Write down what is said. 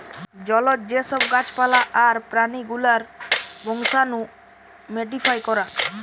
জলজ যে সব গাছ পালা আর প্রাণী গুলার বংশাণু মোডিফাই করা